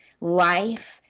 life